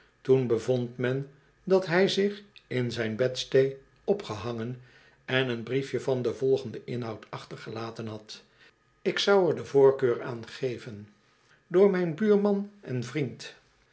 toen bevond men dat hij zich in zijn bedstee opgehangen en een briefje van den volgenden inhoud achtergelaten had ik zou er de voorkeur aan geven door mijn buurman en vriend